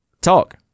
Talk